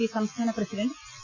P സംസ്ഥാന president P